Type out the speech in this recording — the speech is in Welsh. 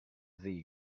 ddi